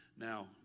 Now